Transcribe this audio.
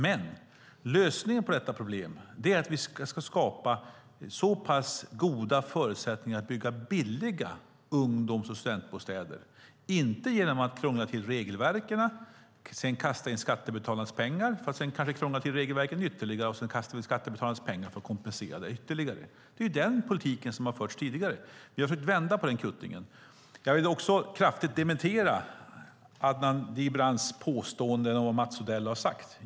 Men lösningen på detta problem är att vi ska skapa goda förutsättningar att bygga billiga ungdoms och studentbostäder, inte att krångla till regelverken och sedan kasta in skattebetalarnas pengar för att sedan krångla till regelverken ytterligare och kasta in skattebetalarnas pengar för att kompensera ytterligare. Det är den politiken som har förts tidigare. Vi försöker vända på den kuttingen. Jag vill också kraftigt dementera Adnan Dibranis påståenden om vad Mats Odell har sagt.